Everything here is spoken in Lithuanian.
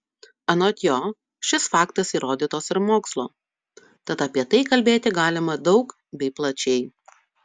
anot jo šis faktas įrodytas ir mokslo tad apie tai kalbėti galima daug bei plačiai